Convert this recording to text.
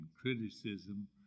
criticism